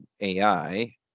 AI